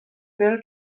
bêl